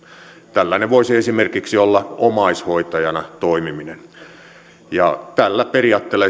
tällainen voisi esimerkiksi olla omaishoitajana toimiminen ja esimerkiksi tällä periaatteella